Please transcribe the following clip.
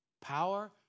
power